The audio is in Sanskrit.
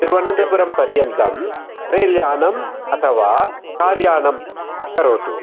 तिरुवनन्तपुरं पर्यन्तं रेल्यानम् अथवा कार्यानं करोतु